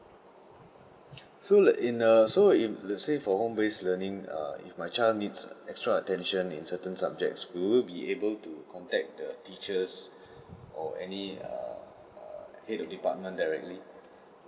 so in err so if let's say for home based learning err if my child needs extra attention in certain subjects will it be able to contact the teachers or any err head of department directly